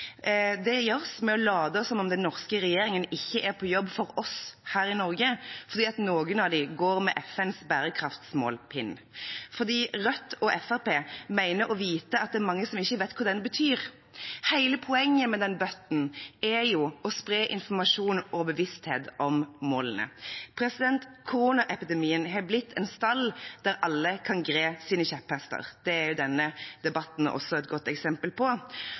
Det gjøres ved å late som om den norske regjeringen ikke er på jobb for oss her i Norge fordi noen av dem går med FNs bærekraftsmål-pin – for Rødt og Fremskrittspartiet mener å vite at det er mange som ikke vet hva den betyr. Hele poenget med den buttonen er jo å spre informasjon og bevissthet om målene. Koronaepidemien har blitt en stall der alle kan gre sine kjepphester, det er denne debatten også et godt eksempel på.